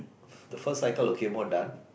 the first cycle okay more done